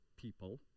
people